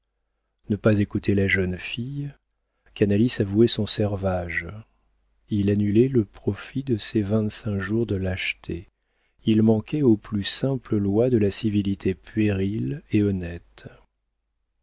ne pas écouter la jeune fille canalis avouait son servage il annulait le profit de ses vingt-cinq jours de lâchetés il manquait aux plus simples lois de la civilité puérile et honnête